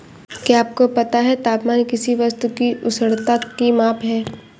क्या आपको पता है तापमान किसी वस्तु की उष्णता की माप है?